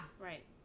Right